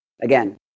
Again